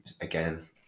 again